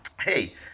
hey